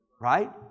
right